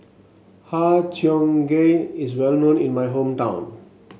Har Cheong Gai is well known in my hometown